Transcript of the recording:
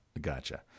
gotcha